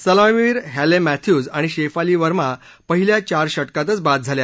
सलामीवीर Hayley Matthews आणि शेफाली वर्मा पहिल्या चार षटकातच बाद झाल्या